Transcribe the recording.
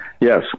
yes